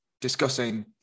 discussing